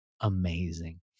Amazing